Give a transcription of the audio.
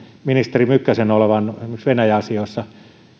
ministeri mykkäsen olevan esimerkiksi venäjä asioista